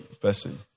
person